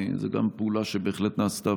זו גם פעולה שבהחלט נעשתה,